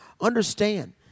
understand